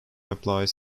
applies